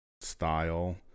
style